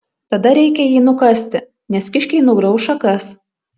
tada reikia jį nukasti nes kiškiai nugrauš šakas